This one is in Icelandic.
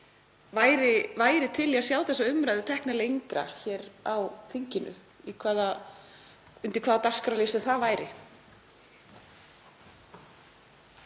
væri til í að sjá þessa umræðu tekna lengra hér á þinginu, undir hvaða dagskrárlið sem það væri.